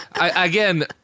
again